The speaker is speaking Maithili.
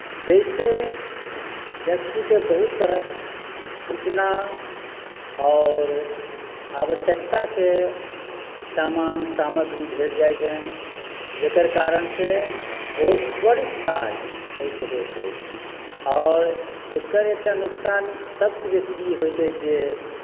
जाहिसँ व्यक्तिकेँ बहुत तरहक सूचना आओर आवश्यकताके सामान सामग्री भेट जाइत छनि जकर कारणसँ बहुत त्वरित काज एहिसँ होइत अछि आओर एकर एकटा नुकसान सभसँ बेसी ई होइत अछि जे